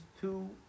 two